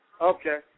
Okay